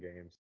games